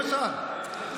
למשל,